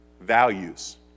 values